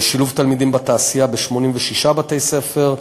שילוב תלמידים בתעשייה ב-86 בתי-ספר,